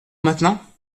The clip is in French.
maintenant